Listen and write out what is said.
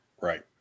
Right